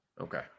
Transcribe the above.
Okay